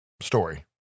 story